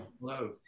Hello